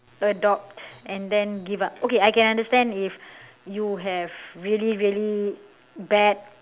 adopt and then give up okay I can understand if you have really really bad